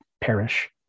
perish